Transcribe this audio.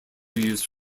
used